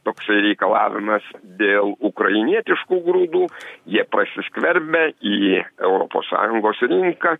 toksai reikalavimas dėl ukrainietiškų grūdų jie prasiskverbia į europos sąjungos rinką